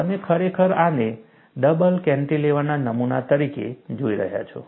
તમે ખરેખર આને ડબલ કેન્ટિલેવરના નમૂના તરીકે જોઈ રહ્યા છો